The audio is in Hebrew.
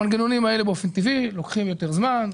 המנגנונים האלה באופן טבעי לוקחים יותר זמן,